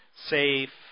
Safe